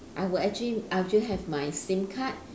I will actually I'll just have my S_I_M card